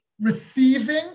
receiving